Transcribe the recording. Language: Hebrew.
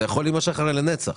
זה יכול להימשך לנצח.